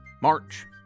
March